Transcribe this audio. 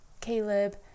Caleb